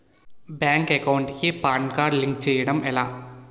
Bank account కి PAN card link చేయడం ఎలా?